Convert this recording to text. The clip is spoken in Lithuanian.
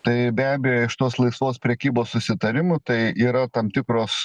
tai be abejo iš tos laisvos prekybos susitarimų tai yra tam tikros